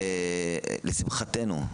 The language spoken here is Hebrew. לשמחתנו,